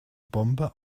bombe